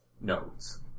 notes